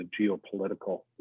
geopolitical